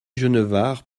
genevard